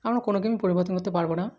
আমরা কোনও গেমই পরিবর্তন করতে পারবো না